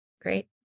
great